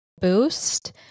boost